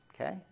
Okay